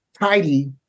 tidy